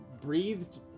breathed